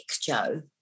Joe